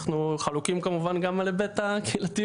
אנחנו חלוקים כמובן גם על היבט הקהילתיות,